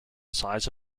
size